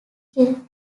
killed